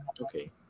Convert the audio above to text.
Okay